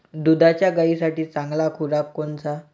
दुधाच्या गायीसाठी चांगला खुराक कोनचा?